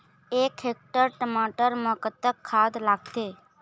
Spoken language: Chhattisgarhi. एक हेक्टेयर टमाटर म कतक खाद लागथे?